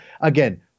again